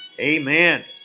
amen